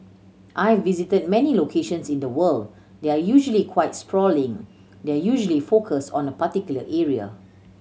I've visited many locations in the world they're usually quite sprawling they're usually focused on a particular area